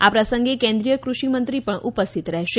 આ પ્રસંગે કેન્દ્રિય કૃષિ મંત્રી પણ ઉપસ્થિત રહેશે